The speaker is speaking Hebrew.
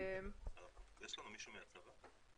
יש לנו מישהו מהצבא?